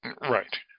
Right